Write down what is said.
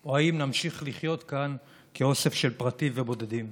או האם נמשיך לחיות כאן כאוסף של פרטים ובודדים?